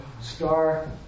star